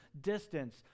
distance